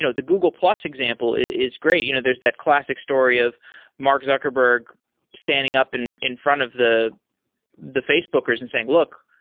so the google plus example is great. you know there's that classic story of mark zuckerberg standing up and in front of the the facebookers and saying, look,